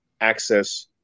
access